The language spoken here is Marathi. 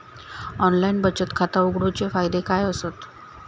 ऑनलाइन बचत खाता उघडूचे फायदे काय आसत?